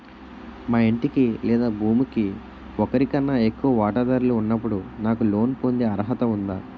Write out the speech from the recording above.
మా ఇంటికి లేదా భూమికి ఒకరికన్నా ఎక్కువ వాటాదారులు ఉన్నప్పుడు నాకు లోన్ పొందే అర్హత ఉందా?